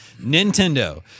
Nintendo